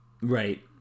Right